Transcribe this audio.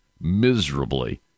miserably